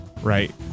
Right